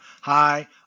hi